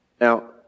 Now